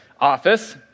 office